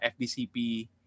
FDCP